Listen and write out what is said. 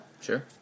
sure